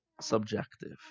subjective